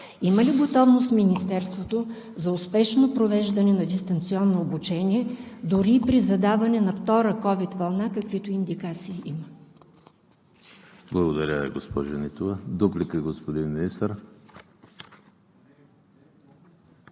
Има ли готовност Министерството за успешно провеждане на дистанционно обучение, дори и при задаване на втора COVID вълна, каквито индикации има?